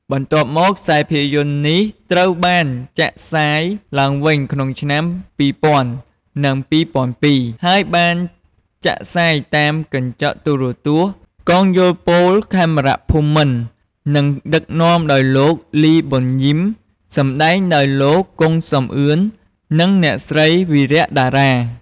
បន្ទាប់មក ខ្សែភាពយន្ត នេះត្រូវបាន ចាក់ផ្សាយឡើងវិញ ក្នុងឆ្នាំ ២០០០ និង ២០០២ ហើយបានចាក់ផ្សាយតាមកញ្ចក់ ទូរទស្សន៍កងយោធពលខេមរភូមិន្ទ និងដឹកនាំដោយលោក លី ប៊ុនយីម សម្តែងដោយលោក គង់ សំអឿន និងអ្នកស្រី វីរៈ តារា។